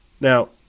Now